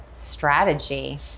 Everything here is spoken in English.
strategy